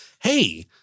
hey